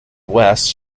west